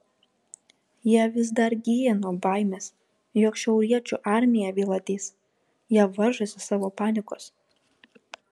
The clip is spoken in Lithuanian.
jie vis dar gyja nuo baimės jog šiauriečių armija vėl ateis jie varžosi savo panikos